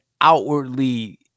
outwardly